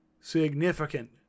significant